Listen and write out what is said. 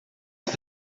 ont